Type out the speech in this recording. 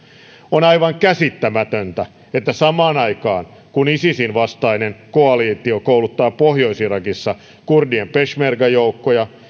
on aivan käsittämätöntä että samaan aikaan kun isisin vastainen koalitio kouluttaa pohjois irakissa kurdien peshmerga joukkoja